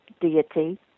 deity